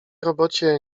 robocie